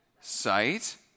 sight